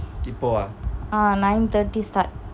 ah nine thirty start